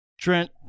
Trent